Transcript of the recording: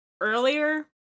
earlier